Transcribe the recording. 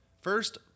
First